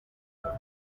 boy